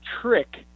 trick